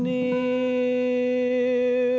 the